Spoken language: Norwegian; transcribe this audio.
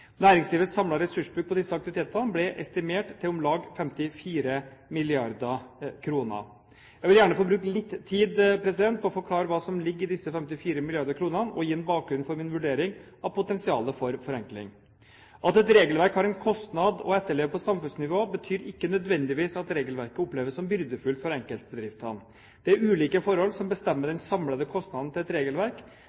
Næringslivets samlede ressursbruk på disse aktivitetene ble estimert til om lag 54 mrd. kr. Jeg vil gjerne få bruke litt tid på å forklare hva som ligger i disse 54 mrd. kronene, og gi en bakgrunn for min vurdering av potensialet for forenkling. At et regelverk har en kostnad å etterleve på samfunnsnivå, betyr ikke nødvendigvis at regelverket oppleves som byrdefullt for enkeltbedriftene. Det er ulike forhold som bestemmer